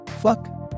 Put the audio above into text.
Fuck